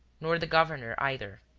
nor the governor either.